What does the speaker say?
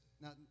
now